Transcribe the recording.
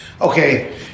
Okay